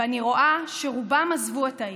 ואני רואה שרובם עזבו את העיר.